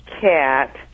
cat